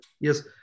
yes